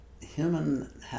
human